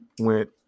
went